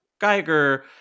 Geiger